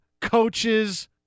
coaches